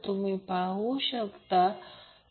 तुम्ही पाहू शकता